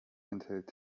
enthält